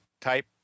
type